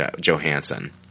Johansson